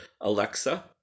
Alexa